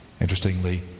Interestingly